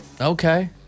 Okay